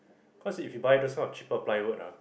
cause if you buy those kind of cheaper plywood ah